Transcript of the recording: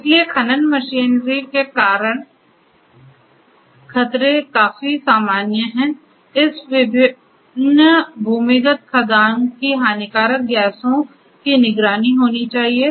इसलिए खनन मशीनरी के कारण खतरे काफी सामान्य हैं इन विभिन्न भूमिगत खदान की हानिकारक गैसों की निगरानी होनी चाहिए